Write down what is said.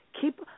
keep